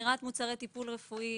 מכירת מוצרי טיפול רפואי